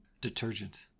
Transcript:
Detergent